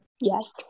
Yes